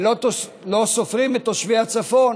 ולא סופרים את תושבי הצפון